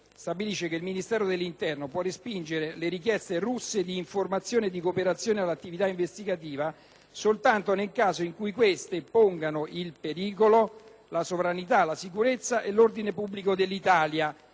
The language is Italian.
stabilisce che il Ministero dell'interno può respingere le richieste russe di informazioni e di cooperazione all'attività investigativa soltanto nel caso in cui queste pongano in pericolo la sovranità, la sicurezza e l'ordine pubblico dell'Italia.